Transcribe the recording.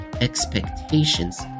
expectations